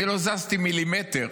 אני לא זזתי מילימטר